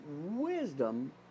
wisdom